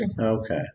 Okay